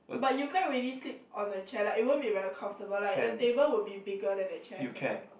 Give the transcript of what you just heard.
but you can't really sleep on a chair like it won't be very comfortable like the table would be bigger than the chair correct